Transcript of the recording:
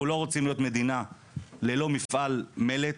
אנחנו לא רוצים להיות מדינה ללא מפעל מלט,